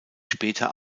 später